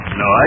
no